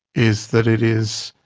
is that it is